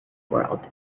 world